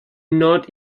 not